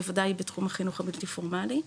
בוודאי בתחום החינוך הבלתי פורמלי.